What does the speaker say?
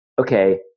okay